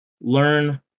learn